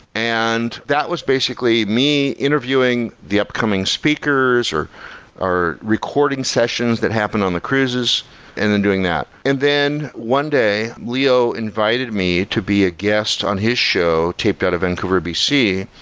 and that was basically me interviewing the upcoming speakers, or or recording sessions that happen on the cruises and then doing that. and then one day, leo invited me to be a guest on his show taped at a vancouver, b c.